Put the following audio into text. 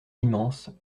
immense